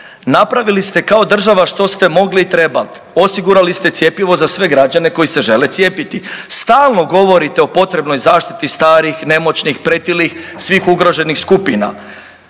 Napravili ste kao država što ste mogli i trebali, osigurali ste cjepivo za sve građane koji se žele cijepiti, stalno govorite o potrebnoj zaštiti starih, nemoćnih, pretilih, svih ugroženih skupina.